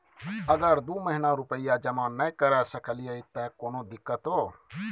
अगर दू महीना रुपिया जमा नय करे सकलियै त कोनो दिक्कतों?